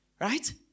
right